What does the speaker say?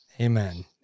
Amen